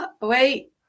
Wait